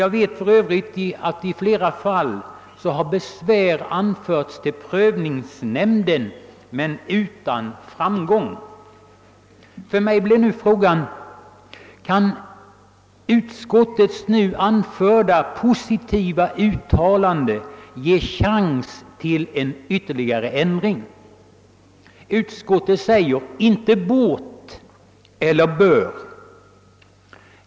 Jag vet för övrigt att besvär har anförts till prövningsnämnden i flera fall, men utan framgång. För mig blir nu frågan: Kan utskottets nu anförda positiva uttalande ge chans till en ytterligare ändring? Utskottet säger »inte bort eller bör».